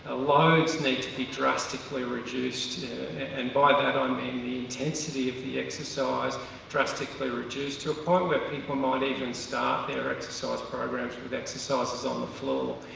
ah loads need to be drastically reduced and by that i mean and the intensity of the exercise drastically reduced, to a point where people might even start their exercise programs with exercises on the floor.